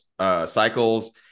cycles